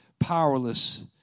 powerless